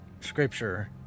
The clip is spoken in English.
scripture